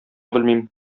белмим